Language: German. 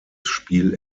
spiel